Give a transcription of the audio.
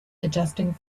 adjusting